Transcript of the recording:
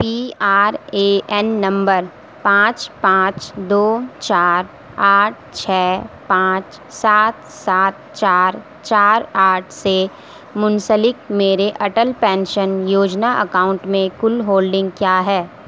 P R A N number پانچ پانچ دو چار آٹھ چھ پانچ سات سات چار چار آٹھ سے منسلک میرے اٹل پینشن یوجنا اکاؤنٹ میں کل ہولڈنگ کیا ہے